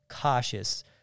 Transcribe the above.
cautious